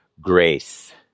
grace